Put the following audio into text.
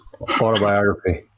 autobiography